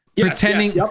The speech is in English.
pretending